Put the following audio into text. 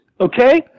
Okay